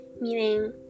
meaning